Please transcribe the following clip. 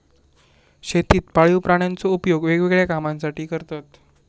शेतीत पाळीव प्राण्यांचो उपयोग वेगवेगळ्या कामांसाठी करतत